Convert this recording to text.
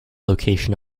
location